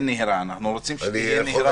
אנחנו רוצים שתהיה נהירה הפעם.